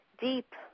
deep